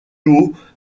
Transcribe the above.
haut